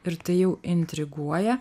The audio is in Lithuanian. ir tai jau intriguoja